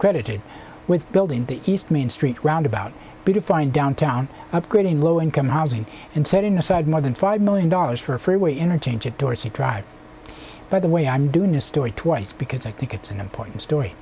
credited with building the east main street roundabout be to find downtown upgrading low income housing and setting aside more than five million dollars for a freeway interchange at dorsey drive by the way i'm doing this story twice because i think it's an important story